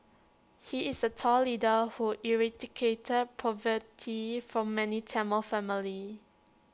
he is A tall leader who eradicated poverty from many Tamil families